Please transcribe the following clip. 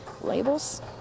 labels